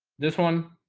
this one